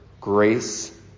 grace